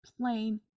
plain